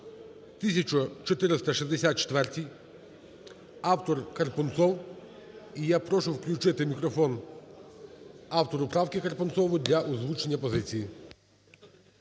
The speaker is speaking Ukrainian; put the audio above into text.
1464-й, автор – Карпунцов. І я прошу включити мікрофон автору правки Карпунцову для озвучення позиції.